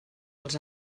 els